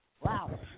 Wow